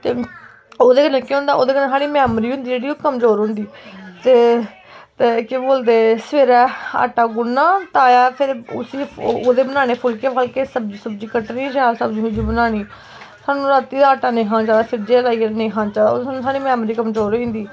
ते ओह्दे कन्नै केह् होंदा ओह्दे कन्नै साढ़ी मैमरी होंदी साढ़ी जेह्ड़ी ओह् कमज़ोर होंदी ते ते केह् बोलदे सवेरै आटा गुन्नना ताजा फिर उसी ओह्दे बनाने फुल्के फल्के सब्जी सुब्जी कट्टनी शैल सब्जी सुब्जी बनानी सानू रातीं दा आटा नेईं खाना चाहिदा फ्रिजै च लाइयै नेईं खाना चाहिदा ओह्दे कन्नै साढ़ी मैमरी कमज़ोर होई जंदी